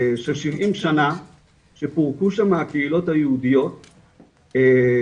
של 70 שנה שפורקו שמה קהילות היהודיות וחוק